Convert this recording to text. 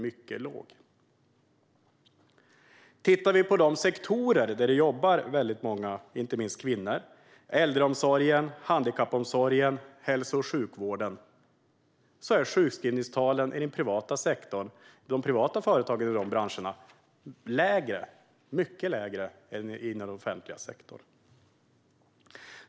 När det gäller de branscher där det, inte minst, jobbar väldigt många kvinnor, som äldreomsorgen, handikappomsorgen och hälso och sjukvården, är sjukskrivningstalen i de privata företagen mycket lägre än i den offentliga sektorn.